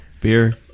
Beer